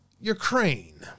Ukraine